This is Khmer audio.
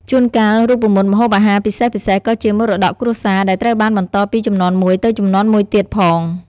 ជួនកាល រូបមន្តម្ហូបអាហារពិសេសៗក៏ជាមរតកគ្រួសារ ដែលត្រូវបានបន្តពីជំនាន់មួយទៅជំនាន់មួយទៀតផង។